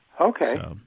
Okay